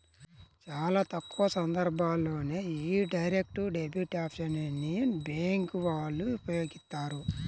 చాలా తక్కువ సందర్భాల్లోనే యీ డైరెక్ట్ డెబిట్ ఆప్షన్ ని బ్యేంకు వాళ్ళు ఉపయోగిత్తారు